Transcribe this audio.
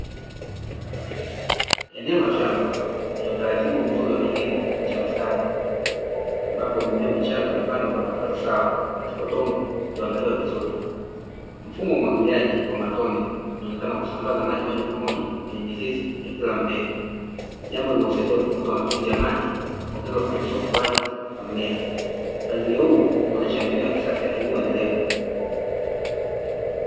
Eneo la shamba lenye utaratibu mzuri wa kilimo cha mstari ambapo mimea michanga imepandwa kwa nafasi sawa katika udongo ulioandaliwa vizuri. Mfumo wa umwagiliaji wa matone unaonekana kusambaza maji moja kwa moja kwenye mizizi ya kila mmea, jambo linalosaidia kupunguza matumizi ya maji na kuongeza ufanisi wa ukuaji wa mmea. Mpangilio huu unaonyesha mbinu ya kisasa ya kilimo endelevu.